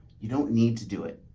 you don't need to do it.